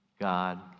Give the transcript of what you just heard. God